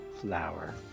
flower